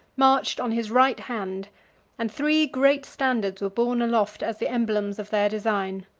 marched on his right hand and three great standards were borne aloft as the emblems of their design.